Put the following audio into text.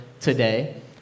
today